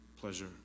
pleasure